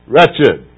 Wretched